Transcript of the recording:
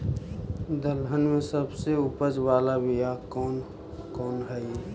दलहन में सबसे उपज बाला बियाह कौन कौन हइ?